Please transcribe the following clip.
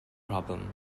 problem